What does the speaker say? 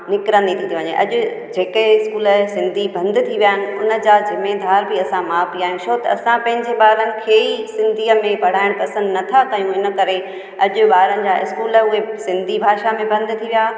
निकिरींदी थी वञे अॼु जेके इस्कूल सिंधी बंदि थी विया आहिनि उनजा जिम्मेदार बि असां माउ पीउ आहियूं छो त असां पंहिंजे ॿारनि खे ई सिंधीअ में पढ़ाइण पसंदि नथा कयूं इन करे अॼु ॿारनि जा इस्कूल उहे सिंधी भाषा में बंदि थी विया